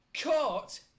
Caught